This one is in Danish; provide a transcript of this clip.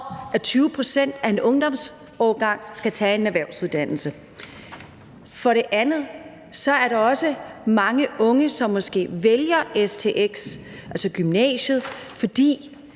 at 20 pct. af en ungdomsårgang skal tage en erhvervsuddannelse. For det andet er der måske også mange unge, som vælger stx, altså gymnasiet, fordi